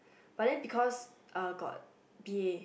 but then because uh got b_a